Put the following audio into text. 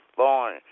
born